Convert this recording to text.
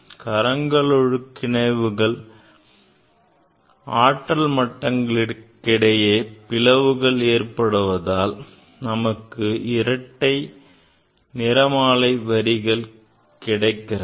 கறங்கலொழுக்கிணைகளால ஆற்றல் மட்டங்களுக்கிடையே பிளவுகள் ஏற்படுவதால் நமக்கு இரட்டை நிறமாலை வரிகள் கிடைக்கிறது